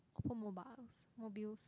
automobiles mobiles